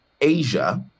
Asia